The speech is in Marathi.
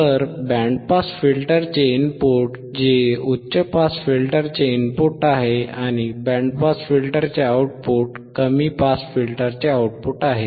तर बँड पास फिल्टरचे इनपुट हे उच्च पास फिल्टरचे इनपुट आहे आणि बँड पास फिल्टरचे आउटपुट कमी पास फिल्टरचे आउटपुट आहे